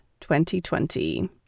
2020